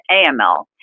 AML